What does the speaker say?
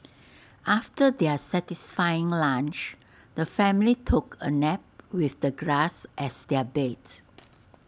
after their satisfying lunch the family took A nap with the grass as their bed